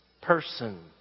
person